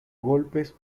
golpes